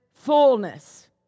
fullness